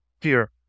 fear